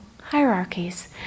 hierarchies